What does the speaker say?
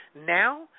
now